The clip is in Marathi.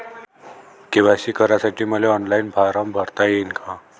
के.वाय.सी करासाठी मले ऑनलाईन फारम भरता येईन का?